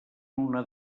una